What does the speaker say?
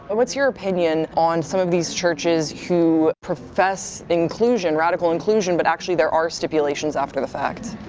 but what's your opinion on some of these churches who profess inclusion, radical inclusion, but actually there are stipulations after the fact.